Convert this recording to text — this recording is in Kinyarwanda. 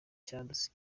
ikibazo